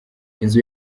inzu